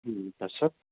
তাৰ পিছত